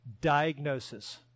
Diagnosis